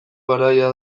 garaia